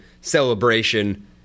celebration